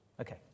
Okay